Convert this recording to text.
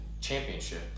championship